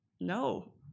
No